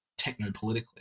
technopolitically